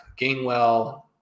Gainwell